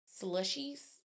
slushies